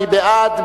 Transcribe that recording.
מי בעד?